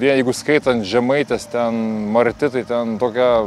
jeigu skaitant žemaitės ten marti tai ten tokia